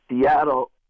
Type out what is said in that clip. Seattle